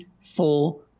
full